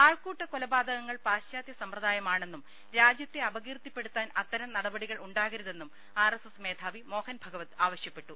ആൾകൂട്ട കൊലപാതകങ്ങൾ പാശ്ചാത്യ സമ്പ്രദായമാണെന്നും രാജ്യത്തെ അപകീർത്തിപ്പെടുത്താൻ അത്തര് നടപ്പടികൾ ഉണ്ടാ കരുതെന്നും ആർഎസ്എസ് മേധാവി മ്മോഹൻഭുഗവത് ആവശ്യ പ്പെട്ടു